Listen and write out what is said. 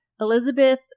Elizabeth